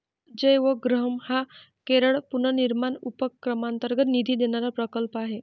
जयवग्रहम हा केरळ पुनर्निर्माण उपक्रमांतर्गत निधी देणारा प्रकल्प आहे